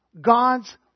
God's